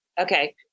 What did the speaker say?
Okay